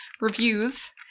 reviews